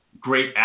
great